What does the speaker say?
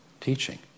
teaching